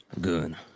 Good